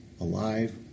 alive